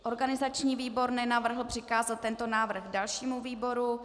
Organizační výbor nenavrhl přikázat tento návrh dalšímu výboru.